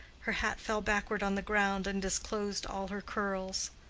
her hat fell backward on the ground and disclosed all her curls.